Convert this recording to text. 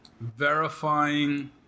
verifying